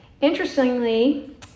Interestingly